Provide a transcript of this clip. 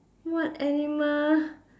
what animal